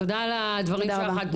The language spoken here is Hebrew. תודה על הדברים שלך.